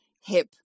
hip